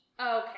Okay